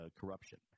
corruption